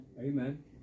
Amen